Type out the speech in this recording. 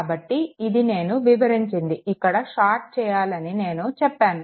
కాబట్టి ఇది నేను వివరించింది ఇక్కడ షార్ట్ చేయాలని నేను చెప్పాను